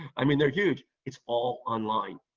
i mean, they're huge. it's all online.